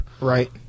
right